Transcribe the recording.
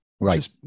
right